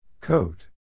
Coat